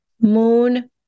moon